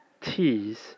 teas